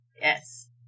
yes